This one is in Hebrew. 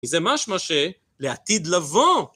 וזה משמע ש... לעתיד לבוא.